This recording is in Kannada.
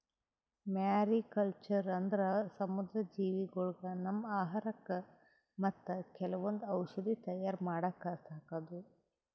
ಮ್ಯಾರಿಕಲ್ಚರ್ ಅಂದ್ರ ಸಮುದ್ರ ಜೀವಿಗೊಳಿಗ್ ನಮ್ಮ್ ಆಹಾರಕ್ಕಾ ಮತ್ತ್ ಕೆಲವೊಂದ್ ಔಷಧಿ ತಯಾರ್ ಮಾಡಕ್ಕ ಸಾಕದು